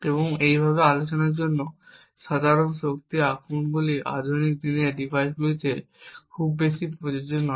এবং এইভাবে আমরা আলোচনার মতো সাধারণ শক্তি আক্রমণগুলি আধুনিক দিনের ডিভাইসগুলিতে খুব বেশি প্রযোজ্য নয়